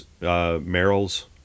Merrill's